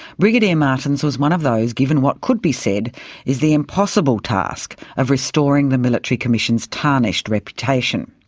brigadier martins was one of those given what could be said is the impossible task of restoring the military commission's tarnished reputation.